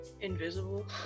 invisible